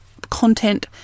content